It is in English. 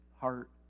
heart